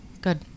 good